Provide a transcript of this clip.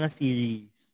series